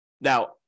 Now